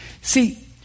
See